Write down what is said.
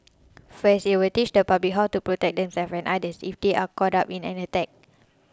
first it will teach the public how to protect themselves and others if they are caught up in an attack